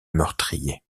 meurtriers